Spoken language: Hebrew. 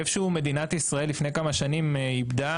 איפה שהוא מדינת ישראל לפני כמה שנים איבדה